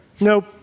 Nope